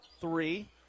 three